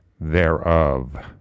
thereof